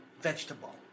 vegetable